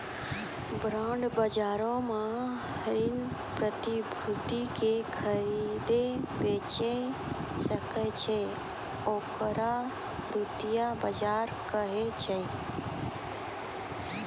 bond बजारो मे ऋण प्रतिभूति के खरीदै बेचै सकै छै, ओकरा द्वितीय बजार कहै छै